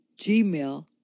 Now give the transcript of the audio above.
gmail